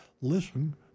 listen